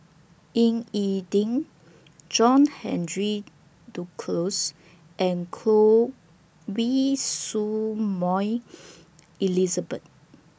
Ying E Ding John Henry Duclos and Choy Su Moi Elizabeth